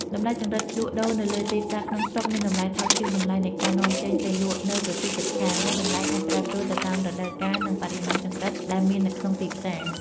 តម្លៃចង្រិតលក់ដូរនៅលើទីផ្សារក្នុងស្រុកមានតម្លៃថោកជាងតម្លៃនៃការនាំចេញទៅលក់នៅប្រទេសជិតខាង ហើយតម្លៃអាចប្រែប្រួលទៅតាមរដូវកាល និងបរិមាណចង្រិតដែលមាននៅក្នុងទីផ្សារ។